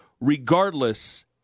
Regardless